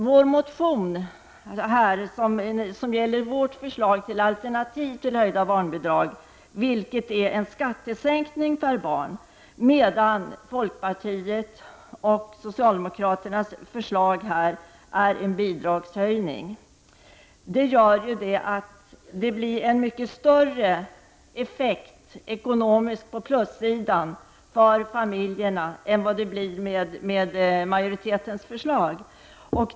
Vårt förslag till alternativ till höjt barnbidrag är en skattesänkning per barn, medan folkpartiets och socialdemokraternas förslag innebär en bidragshöjning. Med vårt förslag blir det en mycket större effekt ekonomiskt på plussidan för familjerna än vad det blir med majoritetens förslag.